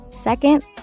Second